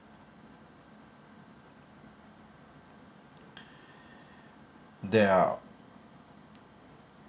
there are